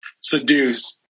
seduce